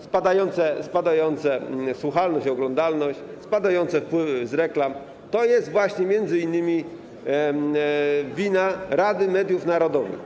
Spadające słuchalność i oglądalność, spadające wpływy z reklam to jest właśnie m.in. wina Rady Mediów Narodowych.